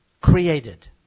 created